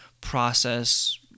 process